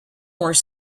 more